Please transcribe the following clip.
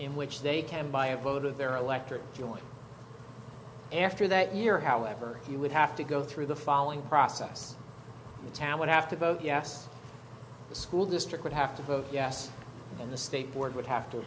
in which they can by a vote of their electorate join after that year however he would have to go through the following process the town would have to vote yes the school district would have to vote yes and the state board would have to